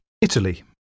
Italy